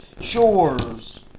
shores